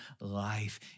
life